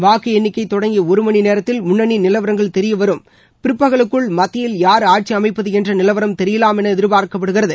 வாக்கு எண்ணிக்கை தொடங்கிய ஒரு மணி நேரத்தில் முண்ணளி நிலவரங்கள் தெரியவரும் பிற்பகலுக்குள் மத்தியில் யார் ஆட்சி அமைப்பது என்ற நிலவரம் தெரியலாம் என எதிர்பார்க்கப்படுகிறது